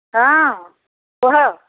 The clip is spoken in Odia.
ହଁ କୁହ